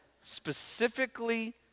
specifically